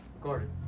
Recorded